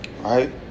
Right